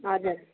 हजुर